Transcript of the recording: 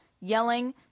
yelling